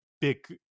big